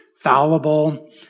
fallible